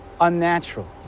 Unnatural